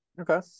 okay